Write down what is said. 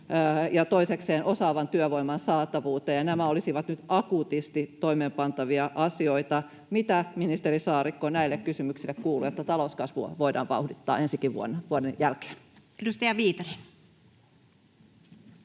ja toisekseen osaavan työvoiman saatavuuteen, ja nämä olisivat nyt akuutisti toimeenpantavia asioita. Mitä, ministeri Saarikko, näille kysymyksille kuuluu, että talouskasvua voidaan vauhdittaa ensi vuoden jälkeenkin?